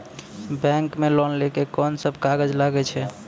Bank मे loan लै मे कोन सब कागज लागै छै?